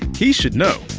he should know.